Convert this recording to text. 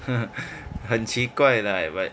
很奇怪 lah but